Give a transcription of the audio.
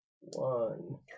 One